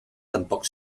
tampoc